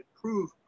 prove